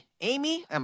Amy